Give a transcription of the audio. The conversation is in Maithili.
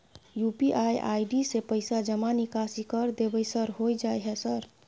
यु.पी.आई आई.डी से पैसा जमा निकासी कर देबै सर होय जाय है सर?